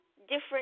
different